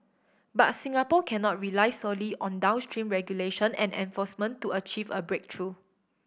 but Singapore cannot rely solely on downstream regulation and enforcement to achieve a breakthrough